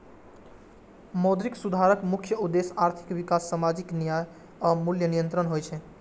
मौद्रिक सुधारक मुख्य उद्देश्य आर्थिक विकास, सामाजिक न्याय आ मूल्य नियंत्रण होइ छै